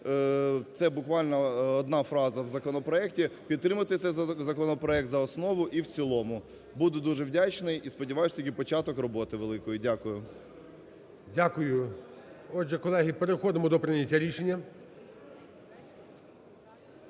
це буквально одна фраза в законопроекті, підтримати цей законопроект за основу і в цілому. Буду дуже вдячний. І сподіваюсь, що це тільки початок роботи великої. Дякую. ГОЛОВУЮЧИЙ. Дякую. Отже, колеги, переходимо до прийняття рішення.